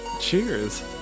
Cheers